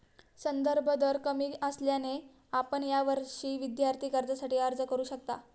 संदर्भ दर कमी असल्याने आपण यावर्षी विद्यार्थी कर्जासाठी अर्ज करू शकता